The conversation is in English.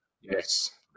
Yes